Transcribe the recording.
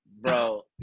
bro